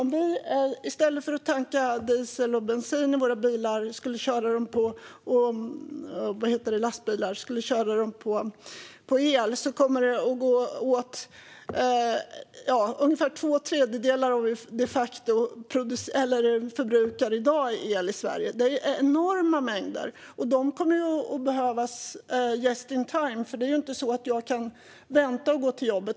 Om våra bilar och lastbilar skulle köras med el i stället för med diesel och bensin skulle det gå åt ungefär två tredjedelar av den el som vi de facto förbrukar i dag i Sverige. Det är enorma mängder, och de kommer att behövas just-in-time, för det är ju inte så att jag kan vänta med att ta mig till jobbet.